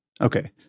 Okay